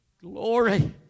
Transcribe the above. Glory